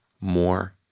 more